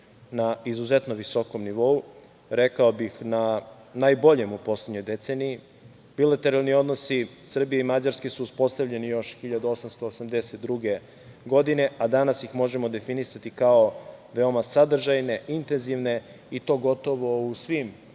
na izuzetno visokom nivou, rekao bih na najboljem u poslednjoj deceniji. Bilateralni odnosi Srbije i Mađarske su uspostavljeni još 1882. godine, a danas ih možemo definisati kao veoma sadržajne, intenzivne i to gotovo u svim